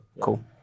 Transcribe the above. Cool